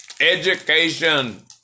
Education